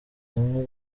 hamwe